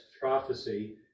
prophecy